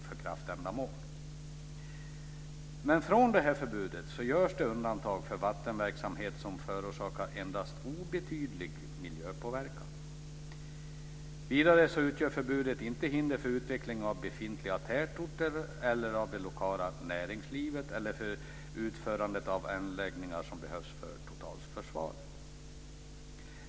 Från förbudet görs undantag för vattenverksamhet som förorsakar endast obetydlig miljöpåverkan. Vidare utgör förbudet inte hinder för utvecklingen av befintliga tätorter eller av det lokala näringslivet eller för utförandet av anläggningar som behövs för totalförsvaret.